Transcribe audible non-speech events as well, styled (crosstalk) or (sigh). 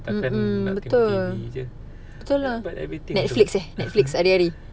takkan nak tengok T_V jer eh but everything (laughs)